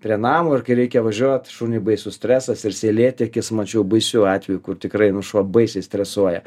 prie namo ir kai reikia važiuot šuniui baisus stresas ir seilėtekis mačiau baisių atvejų kur tikrai nu šuo baisiai stresuoja